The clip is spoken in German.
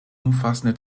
umfassende